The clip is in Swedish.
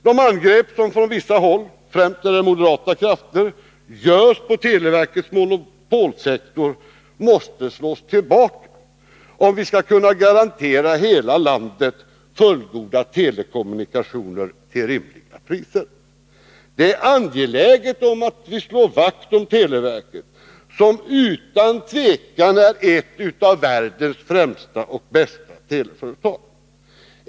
De angrepp som från vissa håll, främst är det moderata krafter, görs på televerkets monopolsektor måste slås tillbaka, om vi skall kunna garantera hela landet fullgoda telekommunikationer till rimliga priser. Det är angeläget att vi slår vakt om televerket, som utan tvivel är ett av världens främsta teleföretag.